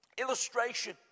illustration